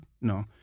No